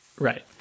Right